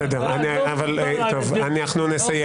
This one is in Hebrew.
חוק ההסדרה לא בוטל --- בסדר, אבל אנחנו נסיים.